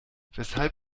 weshalb